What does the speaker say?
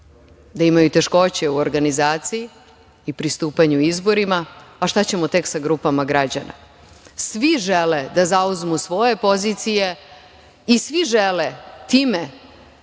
da imaju teškoće u organizaciji i pristupanju izborima, a šta ćemo tek sa grupama građana? Svi žele da zauzmu svoje pozicije i svi žele time